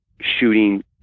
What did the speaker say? shooting